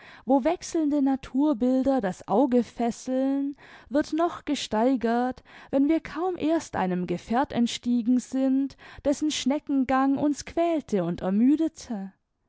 wo wechselnde naturbilder das auge fesseln wird noch gesteigert wenn wir kaum erst einem gefährt entstiegen sind dessen schneckengang uns quälte und ermüdete